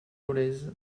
dolez